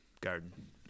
garden